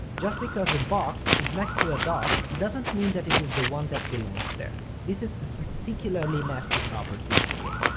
just because a box is next to a dot doesn't mean that it is the one that belongs there. this is a particularly nasty property of the game.